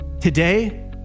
Today